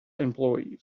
employees